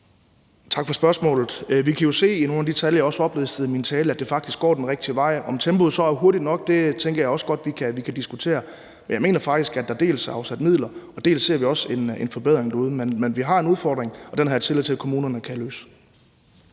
Tak for spørgsmålet. Vi kan jo se i nogle af de tal, jeg også oplistede i min tale, at det faktisk går den rigtige vej. Om tempoet så er hurtigt nok, tænker jeg også godt vi kan diskutere. Jeg mener faktisk, at dels er der afsat midler, dels ser vi også en forbedring derude. Men vi har en udfordring, og den har jeg tillid til at kommunerne kan løse.